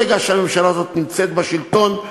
בכל רגע שהממשלה הזאת נמצאת בשלטון היא